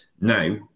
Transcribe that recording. Now